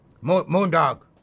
Moondog